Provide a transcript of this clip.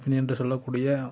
அப்படி என்று சொல்லக்கூடிய